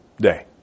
day